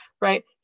right